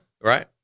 Right